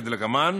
כדלקמן: